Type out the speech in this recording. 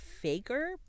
faker